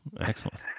excellent